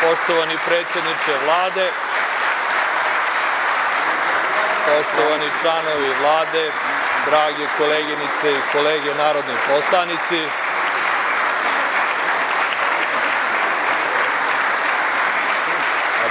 Poštovani predsedniče Vlade, poštovani članovi Vlade, drage koleginice i kolege narodni poslanici,